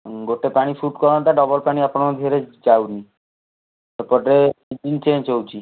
ଗୋଟେ ପାଣି ସୁଟ୍ କରନ୍ତା ଡବଲ୍ ପାଣି ଆପଣଙ୍କ ଦେହରେ ଯାଉନି ଏପଟେ ସିଜିନ୍ ଚେଞ୍ଜ୍ ହେଉଛି